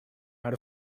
out